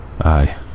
Aye